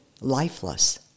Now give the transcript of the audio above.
lifeless